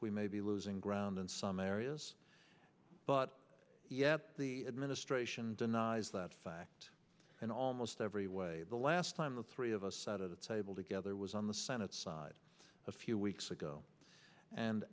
we may be losing ground in some areas but yet the administration denies that fact and almost every way the last time the three of us sat at a table together was on the senate side a few weeks ago and